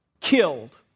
killed